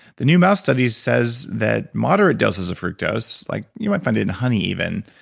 the new mouse study says that moderate doses of fructose, like you might find it in honey even,